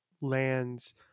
lands